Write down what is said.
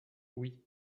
oui